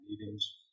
meetings